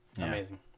Amazing